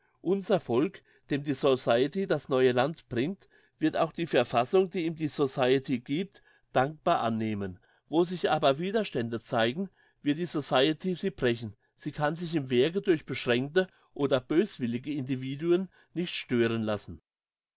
unser volk dem die society das neue land bringt wird auch die verfassung die ihm die society gibt dankbar annehmen wo sich aber widerstände zeigen wird die society sie brechen sie kann sich im werke durch beschränkte oder böswillige individuen nicht stören lassen